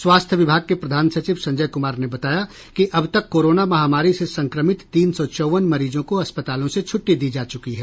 स्वास्थ्य विभाग के प्रधान सचिव संजय कुमार ने बताया कि अब तक कोरोना महामारी से संक्रमित तीन सौ चौवन मरीजों को अस्पतालों से छट्टी दी जा चुकी है